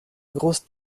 grosse